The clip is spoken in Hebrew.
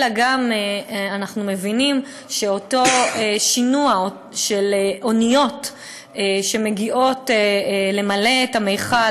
אלא גם אנחנו מבינים שאותו שינוע של אוניות שמגיעות למלא את המכל,